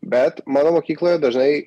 bet mano mokykloje dažnai